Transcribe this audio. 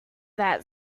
that